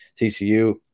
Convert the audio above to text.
TCU